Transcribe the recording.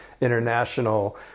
international